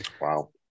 Wow